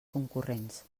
concurrents